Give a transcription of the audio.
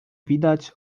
widać